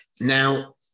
Now